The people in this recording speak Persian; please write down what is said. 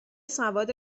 سواد